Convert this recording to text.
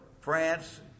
France